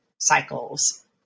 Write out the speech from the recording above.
cycles